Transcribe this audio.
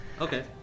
okay